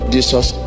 Jesus